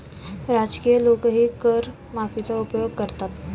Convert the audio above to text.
राजकीय लोकही कर माफीचा उपयोग करतात